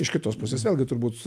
iš kitos pusės vėlgi turbūt